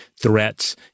threats